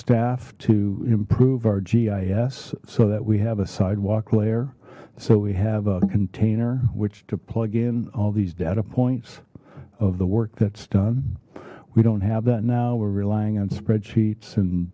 staff to improve our gis so that we have a sidewalk layer so we have a container which to plug in all these data points of the work that's done we don't have that now we're relying on spreadsheets and